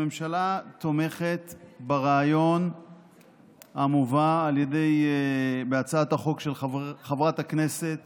הממשלה תומכת ברעיון המובא בהצעת החוק של חברת הכנסת